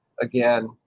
Again